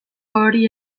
hori